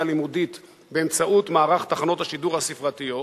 הלימודית באמצעות מערך תחנות השידור הספרתיות,